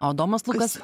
o adomas lukas